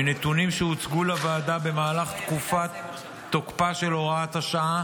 מנתונים שהוצגו לוועדה במהלך תקופת תוקפה של הוראת השעה